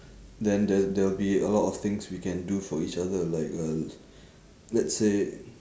then there there will be a lot of things we can do for each other like uh let's say